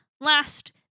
Last